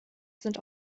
sind